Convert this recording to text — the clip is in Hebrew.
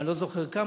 או אני לא זוכר כמה,